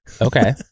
okay